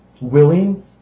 willing